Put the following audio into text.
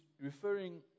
referring